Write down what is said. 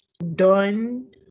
Done